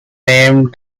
name